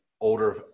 older